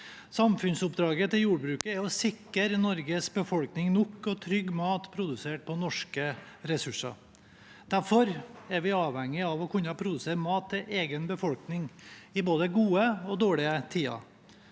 Samfunnsoppdraget til jordbruket er å sikre Norges befolkning nok og trygg mat produsert på norske ressurser. Derfor er vi avhengige av å kunne produsere mat til egen befolkning i både gode og dårlige tider.